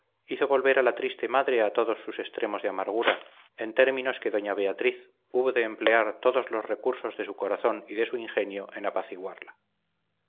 hizo volver a la triste madre a todos sus extremos de amargura en términos que doña beatriz hubo de emplear todos los recursos de su corazón y de su ingenio en apaciguarla